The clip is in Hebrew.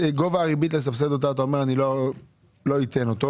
גובה הריבית לסבסד אותה אתה אומר אני לא אתן אותו,